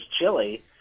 chili